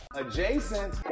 Adjacent